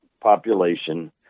population